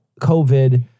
COVID